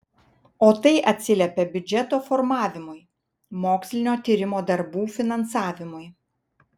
o tai atsiliepia biudžeto formavimui mokslinio tyrimo darbų finansavimui